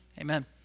amen